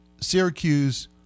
Syracuse